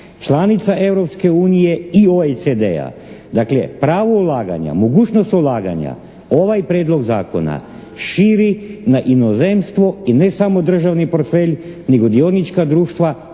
unije i OECD-a." Dakle, pravo ulaganja, mogućnost ulaganja ovaj prijedlog zakona širi na inozemstvo i ne samo državni portfelj nego dionička društva